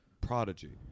prodigy